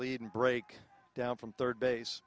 lead and break down from third base